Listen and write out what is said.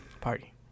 Party